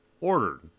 ordered